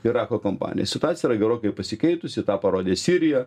irako kompanija situacija yra gerokai pasikeitusi tą parodė sirija